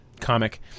comic